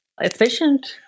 efficient